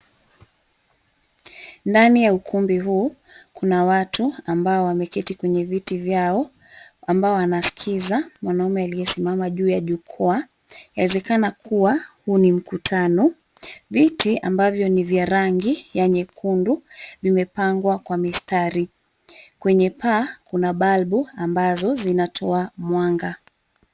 Ndani ya ukumbi huu kuna watu ambao wameketi kwenye viti vyao ambao wanaskiza mwanaume aliyesimama juu ya jukwaa. Yawezekana kuwa huu ni mkutano. Viti ambavyo ni vya rangi ya nyekundu vimepangwa kwa mistari. Kwenye paa kuna balbu ambazo zinatoa mwanga.